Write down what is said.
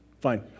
Fine